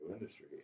Industry